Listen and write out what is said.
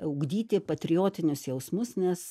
ugdyti patriotinius jausmus nes